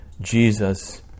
Jesus